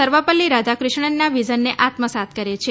સર્વપલ્લી રાધા કિષ્નનાં વિઝનને આત્મસાત કરે છે